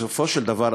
בסופו של דבר,